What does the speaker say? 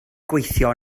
gweithio